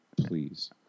Please